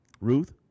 Ruth